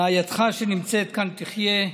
רעייתך שנמצאת כאן, שתחיה,